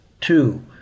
Two